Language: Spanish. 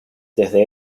desde